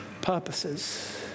purposes